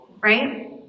right